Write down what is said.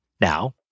Now